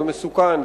ומסוכן,